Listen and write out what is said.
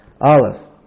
Aleph